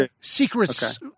secrets